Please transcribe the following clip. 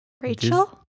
Rachel